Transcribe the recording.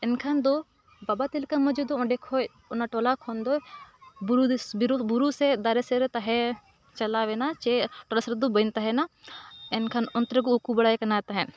ᱮᱱᱠᱷᱟᱱ ᱫᱚ ᱵᱟᱵᱟ ᱛᱤᱞᱠᱟᱹ ᱢᱟᱹᱡᱷᱤ ᱫᱚ ᱚᱸᱰᱮ ᱠᱷᱚᱡ ᱚᱱᱟ ᱴᱚᱞᱟ ᱠᱷᱚᱱ ᱫᱚ ᱵᱩᱨᱩ ᱵᱩᱨᱩ ᱥᱮᱫ ᱫᱟᱨᱮ ᱥᱮᱫ ᱨᱮ ᱛᱟᱦᱮᱸ ᱪᱟᱞᱟᱣ ᱮᱱᱟ ᱪᱮᱫ ᱴᱚᱞᱟ ᱥᱮᱫ ᱫᱚ ᱵᱟᱹᱧ ᱛᱟᱦᱮᱱᱟ ᱮᱱᱠᱷᱟᱱ ᱚᱱᱛᱮ ᱨᱮᱠᱚ ᱩᱠᱩ ᱵᱟᱲᱟᱭᱮ ᱠᱟᱱᱟ ᱛᱟᱦᱮᱸᱫ